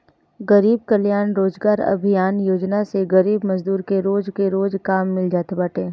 गरीब कल्याण रोजगार अभियान योजना से गरीब मजदूर के रोज के रोज काम मिल जात बाटे